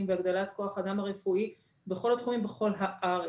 ולהעלאת כוח האדם הרפואי בכל התחומים ובכל הארץ.